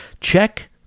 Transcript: check